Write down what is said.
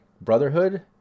Brotherhood